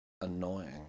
annoying